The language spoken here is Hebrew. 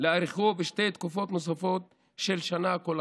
להאריכו בשתי תקופות נוספות של שנה כל אחת.